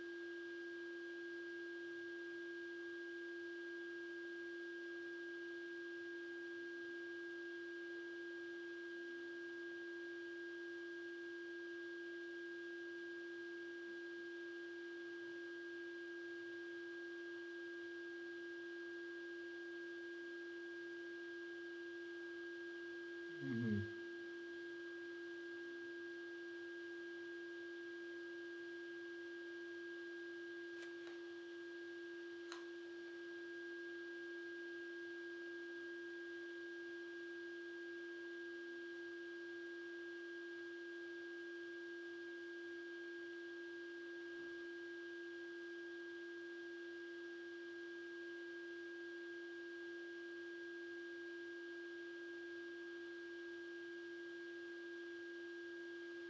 mmhmm